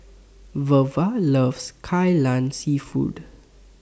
Wava loves Kai Lan Seafood